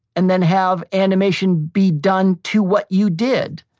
and then have animation be done to what you did.